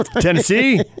Tennessee